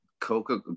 coca